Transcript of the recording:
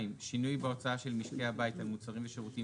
שינוי בהוצאה של משקי הבית על מוצרים ושירותים